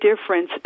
difference